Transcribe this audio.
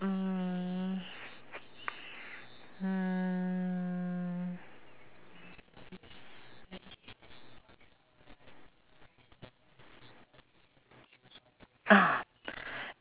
mm mm